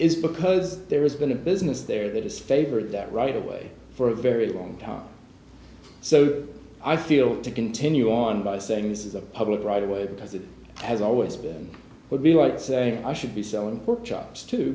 is because there is going to business there that is favor that right away for a very long time so i feel to continue on by saying this is a public right of way because it has always been what we want saying i should be selling pork chops too